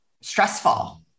stressful